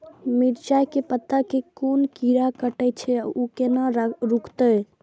मिरचाय के पत्ता के कोन कीरा कटे छे ऊ केना रुकते?